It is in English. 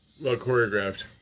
well-choreographed